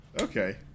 Okay